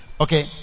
Okay